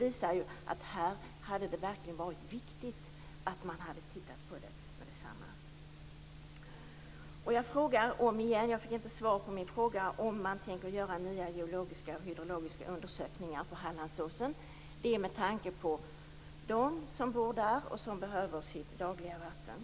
I detta fall hade det verkligen varit viktigt att titta på ärendet med detsamma. Jag fick inte svar på min fråga tidigare. Jag frågar omigen om man tänker göra nya geologiska och hydrologiska undersökningar på Hallandsåsen. Jag frågar med tanke på dem som bor där och som behöver sitt dagliga vatten.